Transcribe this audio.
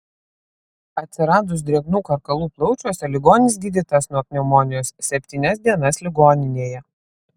atsiradus drėgnų karkalų plaučiuose ligonis gydytas nuo pneumonijos septynias dienas ligoninėje